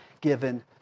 given